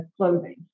clothing